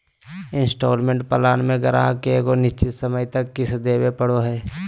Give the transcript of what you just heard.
instalment plan मे गाहक के एगो निश्चित समय तक किश्त देवे पड़ो हय